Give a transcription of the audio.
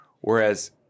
whereas